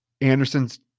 Anderson's